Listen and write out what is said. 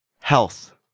Health